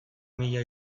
mila